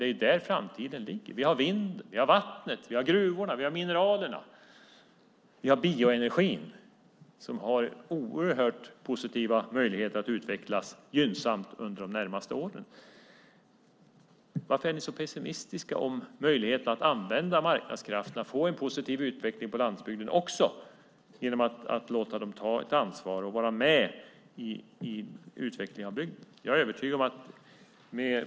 Det är där framtiden ligger! Vi har vind, vi har vattnet, vi har gruvorna, vi har mineralerna och vi har bioenergin, som har oerhört positiva möjligheter att utvecklas gynnsamt under de närmaste åren. Varför är ni så pessimistiska om möjligheten att använda marknadskrafterna och få en positiv utveckling också på landsbygden genom att låta dem ta ansvar och vara med i utvecklingen av bygden?